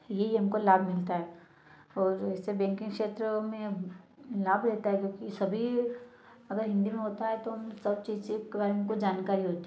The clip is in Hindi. यह ही हमको लाभ मिलता है और इससे बैंकिंग क्षेत्र में लाभ रहता है जबकि सभी अगर हिंदी में होता है तो चीज़ों के बारे में जानकारी होती है